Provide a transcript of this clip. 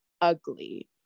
ugly